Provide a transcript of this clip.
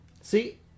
See